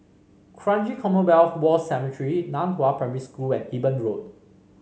Kranji Commonwealth War Cemetery Nan Hua Primary School and Eben Road